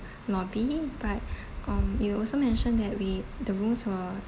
lobby but um you also mentioned that we the rooms were